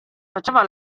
faceva